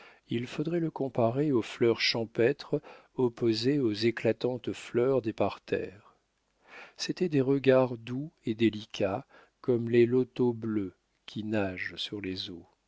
il faudrait le comparer aux fleurs champêtres opposées aux éclatantes fleurs des parterres c'était des regards doux et délicats comme les lotos bleus qui nagent sur les eaux